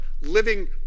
living